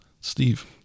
Steve